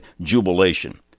jubilation